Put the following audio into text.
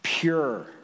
Pure